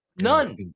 None